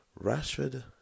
Rashford